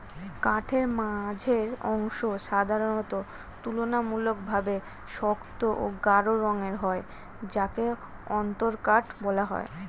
কাঠের মাঝের অংশ সাধারণত তুলনামূলকভাবে শক্ত ও গাঢ় রঙের হয় যাকে অন্তরকাঠ বলা হয়